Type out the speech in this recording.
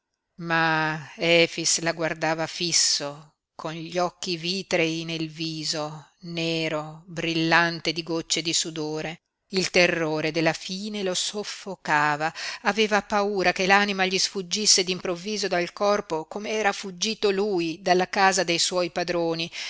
solleverà ma efix la guardava fisso con gli occhi vitrei nel viso nero brillante di gocce di sudore il terrore della fine lo soffocava aveva paura che l'anima gli sfuggisse d'improvviso dal corpo come era fuggito lui dalla casa dei suoi padroni